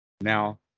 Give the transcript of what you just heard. Now